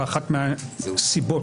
באחת מהסיבות,